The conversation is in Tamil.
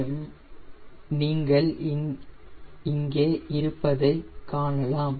எம் நீங்கள் இங்கே இதைப் பார்க்கலாம்